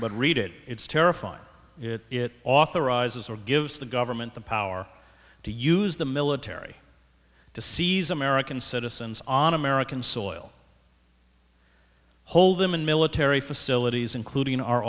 but read it it's terrifying it it authorizes or gives the government the power to use the military to seize american citizens on american soil hold them in military facilities including our